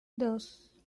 dos